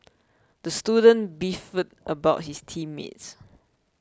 the student beefed about his team mates